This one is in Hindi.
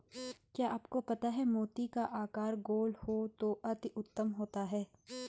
क्या आपको पता है मोती का आकार गोल हो तो अति उत्तम होता है